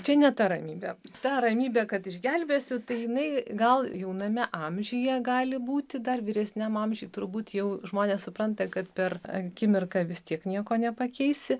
čia ne ta ramybė ta ramybė kad išgelbėsiu tai jinai gal jauname amžiuje gali būti dar vyresniam amžiuj turbūt jau žmonės supranta kad per akimirką vis tiek nieko nepakeisi